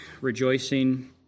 rejoicing